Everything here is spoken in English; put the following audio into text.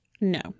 No